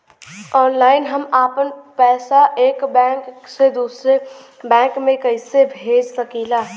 Online हम आपन पैसा एक बैंक से दूसरे बैंक में कईसे भेज सकीला?